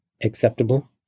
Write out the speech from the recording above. acceptable